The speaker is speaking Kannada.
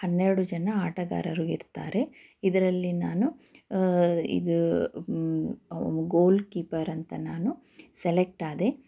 ಹನ್ನೆರಡು ಜನ ಆಟಗಾರರು ಇರ್ತಾರೆ ಇದರಲ್ಲಿ ನಾನು ಇದು ಗೋಲ್ ಕೀಪರ್ ಅಂತ ನಾನು ಸೆಲೆಕ್ಟಾದೆ